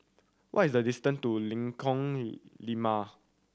what is the distant to Lengkong Lima